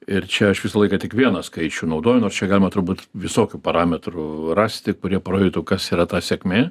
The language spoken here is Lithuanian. ir čia aš visą laiką tik vieną skaičių naudoju nors čia galima turbūt visokių parametrų rasti kurie parodytų kas yra ta sėkmė